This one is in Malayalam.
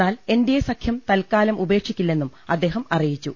എന്നാൽ എൻഡിഎ സഖ്യം തൽക്കാലം ഉപേക്ഷിക്കില്ലെന്നും അദ്ദേഹം അറിയിച്ചു